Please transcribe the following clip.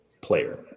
player